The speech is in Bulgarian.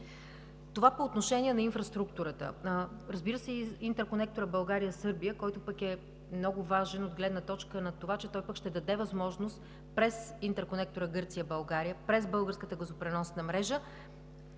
Това – по отношение на инфраструктурата. Разбира се, интерконекторът България – Сърбия, който пък е много важен от гледна точка на това, че ще даде възможност през интерконектора Гърция – България, през българската газопреносна мрежа,